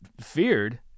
feared